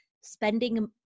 spending